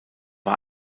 war